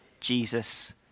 Jesus